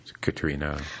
Katrina